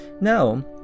Now